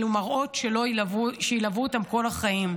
אלו מראות שילוו אותם כל החיים.